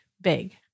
big